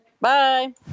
Bye